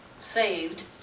saved